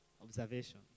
observation